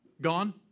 gone